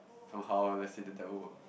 from how let's say the devil work